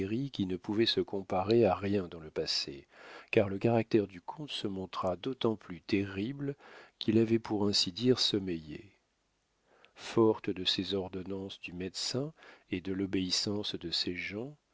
qui ne pouvaient se comparer à rien dans le passé car le caractère du comte se montra d'autant plus terrible qu'il avait pour ainsi dire sommeillé forte de ses ordonnances du médecin et de l'obéissance de ses gens